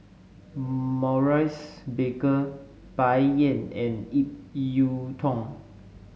Maurice Baker Bai Yan and Ip Yiu Tung